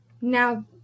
Now